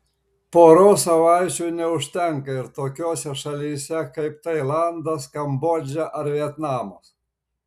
poros savaičių neužtenka ir tokiose šalyse kaip tailandas kambodža ar vietnamas